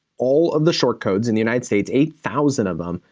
all of the short codes in the united states, eight thousand of them,